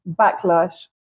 backlash